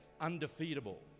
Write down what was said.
undefeatable